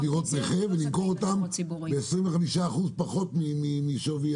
דירות נכה ולמכור אותן ב-25% פחות משווי